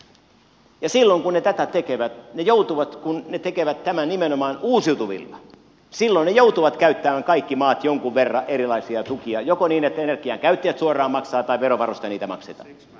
ja silloin kun ne tätä tekevät ne joutuvat kun ne tekevät tämän nimenomaan uusiutuvilla käyttämään kaikki maat jonkun verran erilaisia tukia joko niin että energian käyttäjät suoraan maksavat tai niin että verovaroista niitä maksetaan